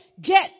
get